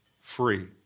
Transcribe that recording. free